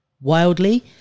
wildly